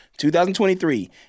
2023